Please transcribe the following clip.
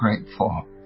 grateful